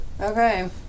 Okay